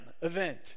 event